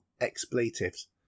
expletives